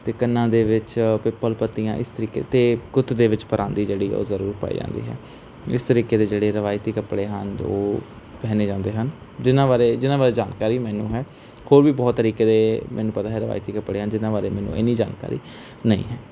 ਅਤੇ ਕੰਨਾਂ ਦੇ ਵਿੱਚ ਪਿੱਪਲ ਪੱਤੀਆਂ ਇਸ ਤਰੀਕੇ ਅਤੇ ਗੁੱਤ ਦੇ ਵਿੱਚ ਪਰਾਂਦੀ ਜਿਹੜੀ ਆ ਉਹ ਜ਼ਰੂਰ ਪੈ ਜਾਂਦੀ ਹੈ ਇਸ ਤਰੀਕੇ ਦੇ ਜਿਹੜੇ ਰਵਾਇਤੀ ਕੱਪੜੇ ਹਨ ਉਹ ਪਹਿਨੇ ਜਾਂਦੇ ਹਨ ਜਿਹਨਾਂ ਬਾਰੇ ਜਿਹਨਾਂ ਬਾਰੇ ਜਾਣਕਾਰੀ ਮੈਨੂੰ ਹੈ ਹੋਰ ਵੀ ਬਹੁਤ ਤਰੀਕੇ ਦੇ ਮੈਨੂੰ ਪਤਾ ਹੈ ਰਵਾਇਤੀ ਕੱਪੜਿਆ ਜਿਹਨਾਂ ਬਾਰੇ ਮੈਨੂੰ ਇੰਨੀ ਜਾਣਕਾਰੀ ਨਹੀਂ ਹੈ